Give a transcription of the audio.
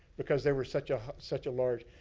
because there was such such a large.